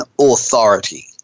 authority